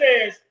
says